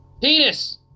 Penis